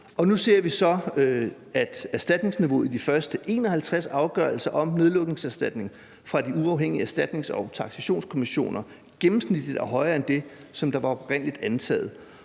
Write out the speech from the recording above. Nu ser vi så, at erstatningsniveauet i de første 51 afgørelser om nedlukningserstatning fra de uafhængige erstatnings- og taksationskommissioner gennemsnitligt er højere end det, der oprindelig var antaget.